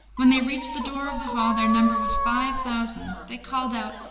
when they reached the door of the hall their number was five thousand. they called out,